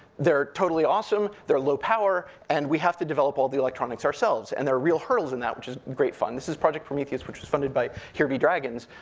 they're totally awesome, they're low power, and we have to develop all the electronics ourselves, and there are real hurdles in that, which is great fun. this is project prometheus, which was funded by here be dragons.